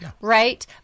Right